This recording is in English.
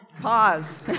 Pause